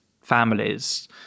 families